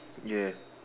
ya